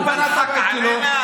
חבר הכנסת סעדי.